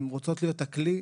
הן רוצות להיות הכלי,